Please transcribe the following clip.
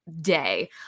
day